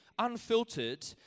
unfiltered